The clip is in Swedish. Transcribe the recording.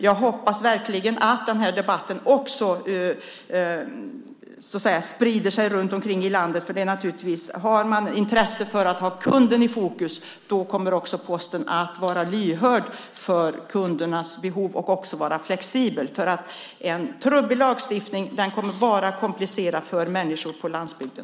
Jag hoppas verkligen att den här debatten sprider sig i landet, för det är naturligtvis så att finns det intresse för att ha kunden i fokus kommer också Posten att vara lyhörd för kundernas behov och också vara flexibel. En trubbig lagstiftning kommer bara att komplicera för människor på landsbygden.